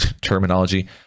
terminology